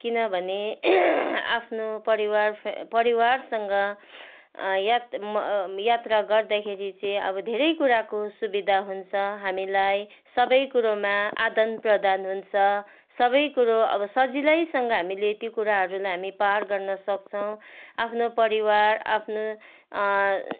किनभने आफ्नो परिवार परिवारसँग यात्रा यात्रा गर्दाखेरि चाहिँ अब धेरै कुराको सुविधा हुन्छ हामीलाई सबै कुरोमा आदनप्रदान हुन्छ सबै कुरो अब सजिलैसँग हामीले त्यो कुराहरूलाई हामी पार गर्नसक्छौँ आफ्नो परिवार आफ्नो